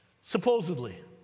Supposedly